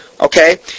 Okay